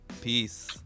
Peace